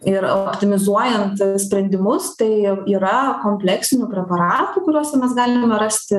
ir optimizuojant sprendimus tai yra kompleksinių preparatų kuriuose mes galime rasti